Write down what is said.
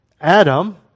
Adam